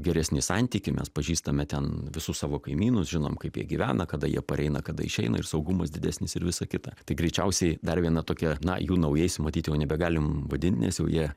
geresnį santykį mes pažįstame ten visus savo kaimynus žinom kaip jie gyvena kada jie pareina kada išeina ir saugumas didesnis ir visa kita tai greičiausiai dar viena tokia na jų naujais matyt jau nebegalim vadint nes jau jie